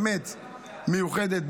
באמת מיוחדת.